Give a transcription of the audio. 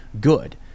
good